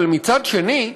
אבל מצד שני,